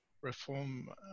reform